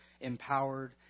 empowered